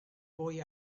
boy